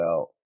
out